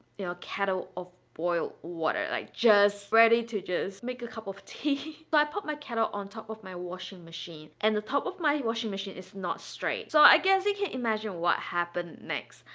you know, kettle of boiled water like just ready to just make a cup of tea so but i put my kettle on top of my washing machine, and the top of my washing machine is not straight so i guess you can imagine what happened next.